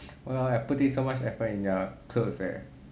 !walao! eh I put in so much effort in your clothes leh